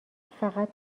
فقط